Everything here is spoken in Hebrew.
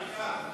אני כאן.